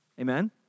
Amen